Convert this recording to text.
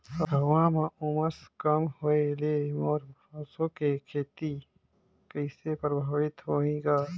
हवा म उमस कम होए ले मोर सरसो के खेती कइसे प्रभावित होही ग?